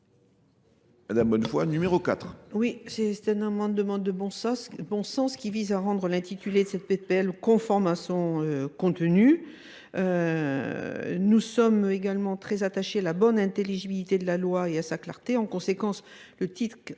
Madame Bonnefoy, numéro 4.